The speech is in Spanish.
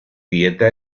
dieta